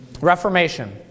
Reformation